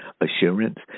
assurance